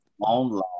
online